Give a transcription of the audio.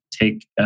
take